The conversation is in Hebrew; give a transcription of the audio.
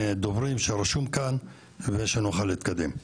דוברים שרשום כאן כדי שנוכל להתקדם.